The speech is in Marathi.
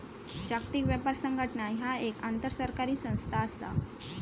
जागतिक व्यापार संघटना ह्या एक आंतरसरकारी संस्था असा